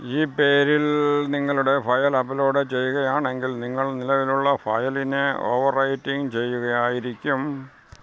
ഈ പേരിൽ നിങ്ങളുടെ ഫയൽ അപ്ലോഡ് ചെയ്യുകയാണെങ്കിൽ നിങ്ങൾ നിലവിലുള്ള ഫയലിനെ ഓവർ റൈറ്റിങ് ചെയ്യുകയായിരിക്കും